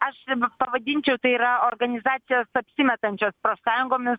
aš pavadinčiau tai yra organizacijos apsimetančios profsąjungomis